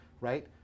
right